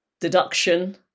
deduction